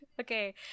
okay